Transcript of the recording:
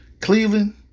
Cleveland